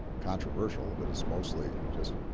controversial, that it's mostly just,